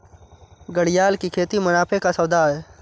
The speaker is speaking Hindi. घड़ियाल की खेती मुनाफे का सौदा है